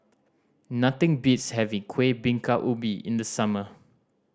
nothing beats having Kueh Bingka Ubi in the summer